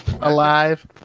Alive